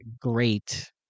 great